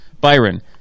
Byron